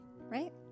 right